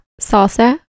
salsa